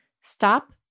stop